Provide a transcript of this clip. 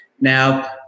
Now